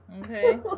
okay